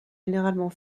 généralement